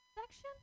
section